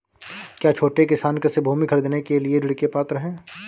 क्या छोटे किसान कृषि भूमि खरीदने के लिए ऋण के पात्र हैं?